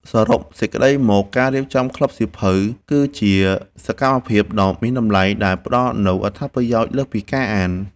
សរុបសេចក្ដីមក ការរៀបចំក្លឹបសៀវភៅគឺជាសកម្មភាពដ៏មានតម្លៃដែលផ្តល់នូវអត្ថប្រយោជន៍លើសពីការអាន។